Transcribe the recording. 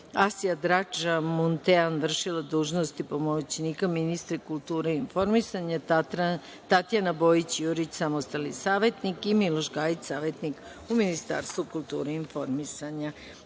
Asja Drača Muntea, vršilac dužnosti pomoćnika ministra kulture i informisanja, Tatjana Bojić Jurić, samostalni savetnik i Miloš Gajić, savetnik u Ministarstvu kulture i informisanja. Molim